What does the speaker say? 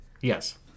Yes